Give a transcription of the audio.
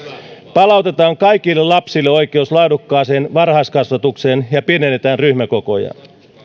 palautetaan kaikille lapsille oikeus laadukkaaseen varhaiskasvatukseen ja pienennetään ryhmäkokoja